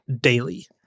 daily